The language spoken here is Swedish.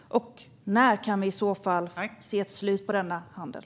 När kan vi i så fall få se ett slut på denna handel?